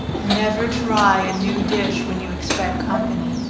never try a new dish when you expect company.